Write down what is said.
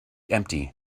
empty